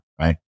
Right